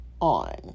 on